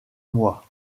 moi